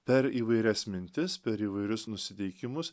per įvairias mintis per įvairius nusiteikimus